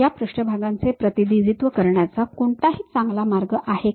या पृष्ठभागांचे प्रतिनिधित्व करण्याचा कोणताही चांगला मार्ग आहे का